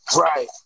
Right